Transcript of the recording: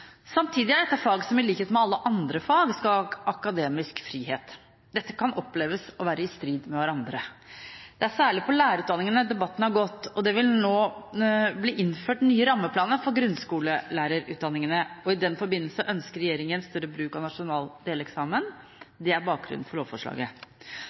Samtidig er dette fag som, i likhet med alle andre fag, skal ha akademisk frihet. Dette kan oppleves å være i strid med hverandre. Det er særlig på lærerutdanningene debatten har gått. Det vil nå bli innført nye rammeplaner for grunnskolelærerutdanningene, og i den forbindelse ønsker regjeringen større bruk av nasjonal